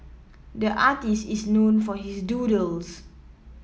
the artist is known for his doodles